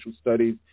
studies